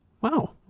Wow